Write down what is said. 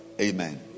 Amen